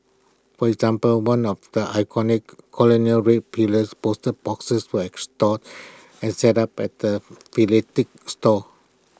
for example one of the iconic colonial red pillars post boxes was and set up at the store